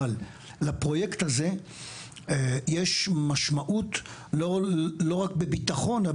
אבל לפרויקט הזה יש משמעות לא רק בביטחון.